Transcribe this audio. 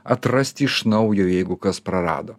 atrasti iš naujo jeigu kas prarado